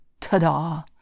Ta-da